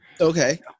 Okay